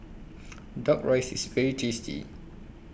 Duck Rice IS very tasty